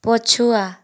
ପଛୁଆ